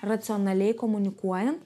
racionaliai komunikuojant